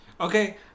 Okay